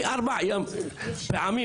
מארבע פעמים,